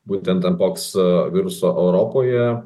būtent em poks viruso europoje